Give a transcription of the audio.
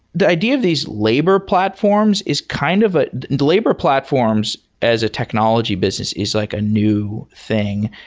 the idea of these labor platforms is kind of ah and labor platforms as a technology business is like a new thing.